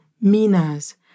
minas